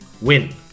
Win